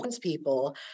people